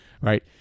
right